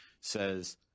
says